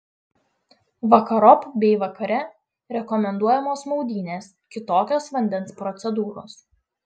vakarop bei vakare rekomenduojamos maudynės kitokios vandens procedūros